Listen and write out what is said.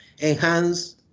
enhance